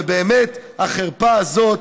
ובאמת, החרפה הזאת,